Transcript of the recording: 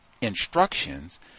instructions